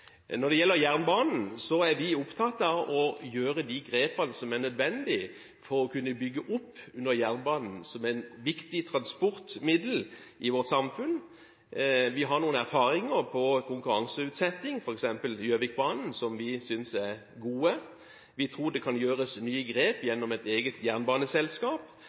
Når det gjelder jernbanen, er vi opptatt av å gjøre de grepene som er nødvendige for å kunne bygge opp under jernbanen som et viktig transportmiddel i vårt samfunn. Vi har noen erfaringer fra konkurranseutsetting, f.eks. av Gjøvikbanen, som vi synes er gode. Vi tror det kan gjøres nye grep gjennom et eget jernbaneselskap.